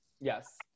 Yes